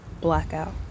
Blackout